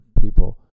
people